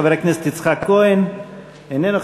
חבר הכנסת יצחק כהן, איננו.